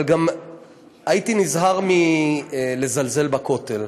אבל גם הייתי נזהר מלזלזל בכותל.